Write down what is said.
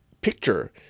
picture